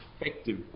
effective